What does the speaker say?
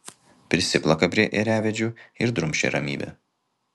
prisiplaka prie ėriavedžių ir drumsčia ramybę